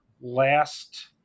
Last